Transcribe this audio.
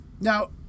now